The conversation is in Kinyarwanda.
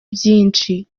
byinshi